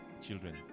children